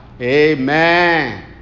Amen